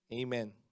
Amen